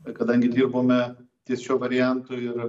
bet kadangi dirbome ties šiuo variantu ir